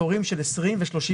תורים של 20 ו-30 שעות.